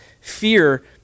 fear